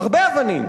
הרבה אבנים,